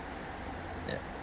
yup